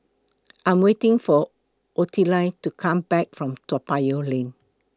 I'm waiting For Ottilie to Come Back from Toa Payoh Lane